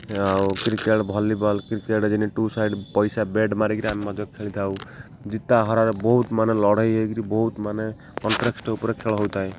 ଆଉ cricket volleyball cricket ଯେ two side ପଇସା ବ୍ୟାଟ୍ ମାରିକି ଆମେ ମଧ୍ୟ ଖେଳିଥାଉ ଜିତା ହରାରେ ବହୁତ ମାନେ ଲଢ଼େଇ ହେଇକିରି ବହୁତ ମାନେ କଣ୍ଟେଷ୍ଟ ଉପରେ ଖେଳ ହଉଥାଏ